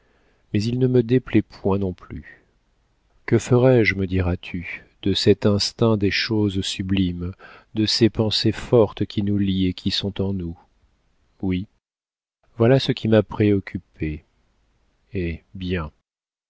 mais il ne me déplaît point non plus que ferai-je me diras-tu de cet instinct des choses sublimes de ces pensées fortes qui nous lient et qui sont en nous oui voilà ce qui m'a préoccupée eh bien